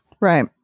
Right